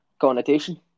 connotation